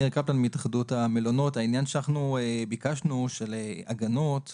אנחנו ביקשנו הגנות ופטורים,